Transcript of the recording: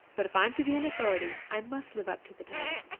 but if i'm to be an authority, i must live up to the title.